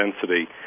density